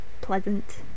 pleasant